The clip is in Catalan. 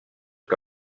que